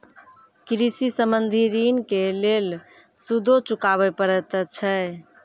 कृषि संबंधी ॠण के लेल सूदो चुकावे पड़त छै?